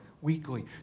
weekly